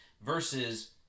versus